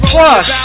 Plus